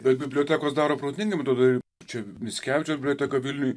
bet bibliotekos daro protingai man atro čia mickevičiaus biblioteka vilniuj